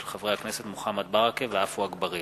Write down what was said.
מוחמד ברכה ועפו אגבאריה.